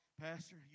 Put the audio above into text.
Pastor